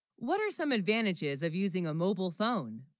what are some advantages of using a mobile phone